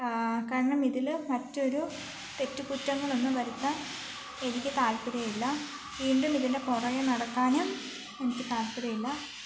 കാരണം ഇതിൽ മറ്റൊരു തെറ്റുകുറ്റങ്ങളൊന്നും വരുത്താൻ എനിക്ക് താൽപര്യമില്ല വീണ്ടും ഇതിൻ്റെ പുറകെ നടക്കാനും എനിക്ക് താൽപ്പര്യമില്ല